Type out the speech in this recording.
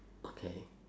okay